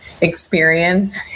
experience